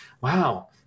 wow